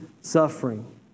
suffering